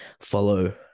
follow